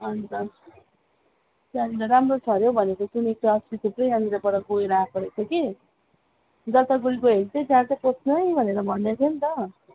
अनि त त्यहाँनिर राम्रो छ अरे हौ भनेको सुनेको अस्ति थुप्रै यहाँनिरबाट गएर आएको रहेछ कि जलपाइगुडी गयो भने चाहिँ त्यहाँ चाहिँ पस्नु है भनेर भन्दैथियो नि त